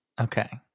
Okay